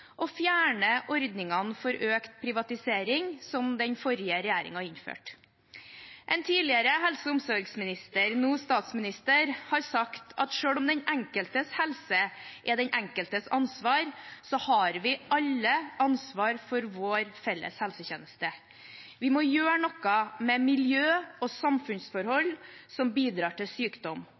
fjerne ordningene for økt privatisering, som den forrige regjeringen innførte. En tidligere helse- og omsorgsminister – nå statsminister – har sagt at selv om den enkeltes helse er den enkeltes ansvar, har vi alle ansvar for vår felles helsetjeneste. Vi må gjøre noe med miljø- og samfunnsforhold som bidrar til sykdom,